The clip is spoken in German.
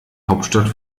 hauptstadt